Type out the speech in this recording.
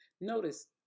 Notice